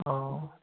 অঁ